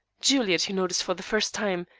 juliet, he noticed for the first time,